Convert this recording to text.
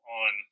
on